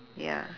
ya